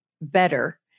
better